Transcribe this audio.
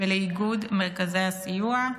ולאיגוד מרכזי הסיוע,